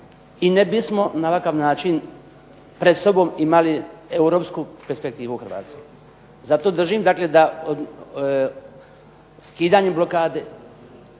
i ne bismo na ovakav način pred sobom imali europsku perspektivu Hrvatske. Zato držim dakle da skidanje blokade,